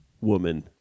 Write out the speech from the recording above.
woman